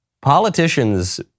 Politicians